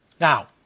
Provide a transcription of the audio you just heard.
Now